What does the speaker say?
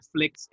Netflix